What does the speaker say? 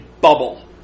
bubble